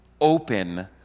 open